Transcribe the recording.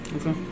Okay